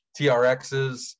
TRXs